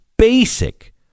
Basic